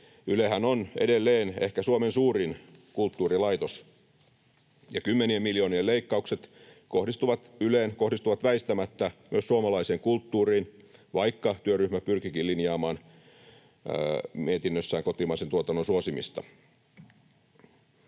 Ylehän on edelleen ehkä Suomen suurin kulttuurilaitos, ja kymmenien miljoonien leikkaukset Yleen kohdistuvat väistämättä myös suomalaiseen kulttuuriin, vaikka työryhmä pyrkikin linjaamaan mietinnössään kotimaisen tuotannon suosimista.